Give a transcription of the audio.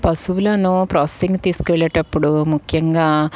పశువులను ప్రోసెసింగ్ తీసుకుని వేళ్ళేటప్పుడు ముఖ్యంగా